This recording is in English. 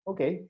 Okay